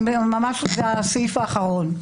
אני ממש בסעיף האחרון.